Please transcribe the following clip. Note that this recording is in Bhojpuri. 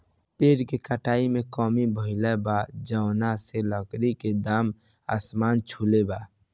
पेड़ के काटे में कमी भइल बा, जवना से लकड़ी के दाम आसमान छुले बा